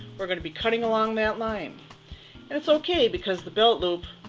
we're going to be cutting along that line and it's okay because the belt loop